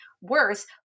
worse